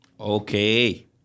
Okay